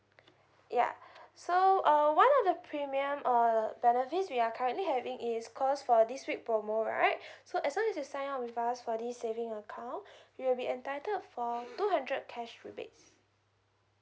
ya so uh one the premium uh benefits we are currently having is cause for this week promo right so as long as you sign up with us for this saving account you will be entitled for two hundred cash rebates